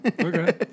Okay